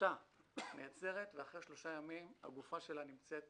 אחותה נעצרת ואחרי שלושה ימים הגופה שלה נמצאת